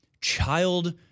child